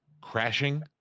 Crashing